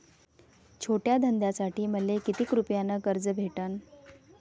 छोट्या धंद्यासाठी मले कितीक रुपयानं कर्ज भेटन?